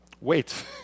wait